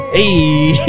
hey